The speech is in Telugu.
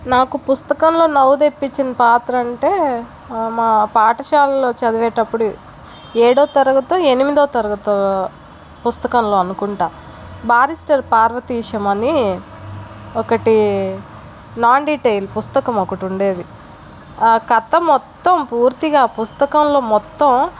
నాకు పుస్తకంలో నవ్వు తెప్పించిన పాత్ర అంటే మా పాఠశాలలో చదివేటప్పుడు ఏడో తరగతో ఎనిమిదో తరగతో పుస్తకంలో అనుకుంటా బారిష్టర్ పార్వతీశం అని ఒకటి నాన్ డీటెయిల్ పుస్తకం ఒకటి ఉండేది ఆ కథ మొత్తం పూర్తిగా పుస్తకంలో మొత్తం